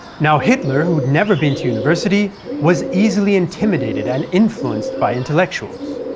now hitler, who had never been to university, was easily intimidated and influenced by intellectuals.